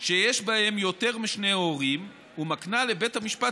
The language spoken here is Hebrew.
שיש בהם יותר משני הורים ומקנה לבית המשפט